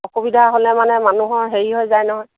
অসুবিধা হ'লে মানে মানুহৰ হেৰি হৈ যায় নহয়